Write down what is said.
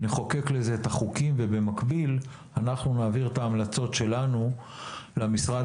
נחוקק לזה את החוקים ובמקביל אנחנו נעביר את ההמלצות שלנו למשרד